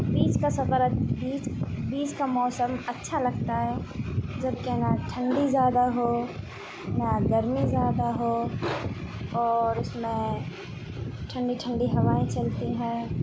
بیچ کا سفر بیچ بیچ کا موسم اچھا لگتا ہے جب کہ نہ ٹھنڈی زیادہ ہو نہ گرمی زیادہ ہو اور اس میں ٹھنڈی ٹھنڈی ہوائیں چلتی ہیں